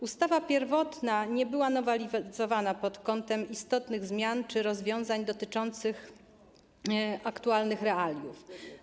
Ustawa pierwotna nie była nowelizowana pod kątem istotnych zmian czy rozwiązań dotyczących aktualnych realiów.